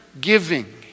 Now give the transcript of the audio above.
Giving